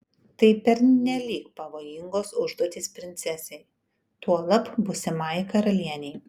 tai pernelyg pavojingos užduotys princesei tuolab būsimajai karalienei